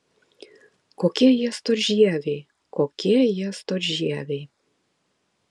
kokie jie storžieviai kokie jie storžieviai